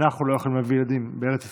אנחנו לא יכולים להביא ילדים בארץ ישראל.